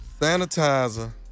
Sanitizer